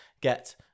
get